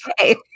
Okay